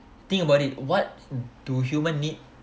think about it what do human need